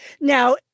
Now